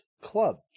clubs